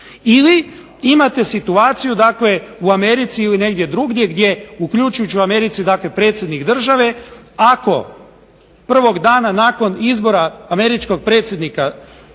ili imate situaciju dakle u Americi ili negdje drugdje gdje …/Govornik se ne razumije./… u Americi dakle predsjednik države ako prvog dana nakon izbora američkog predsjednika ubiju